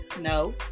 No